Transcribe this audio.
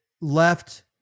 left